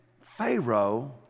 Pharaoh